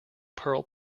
pearl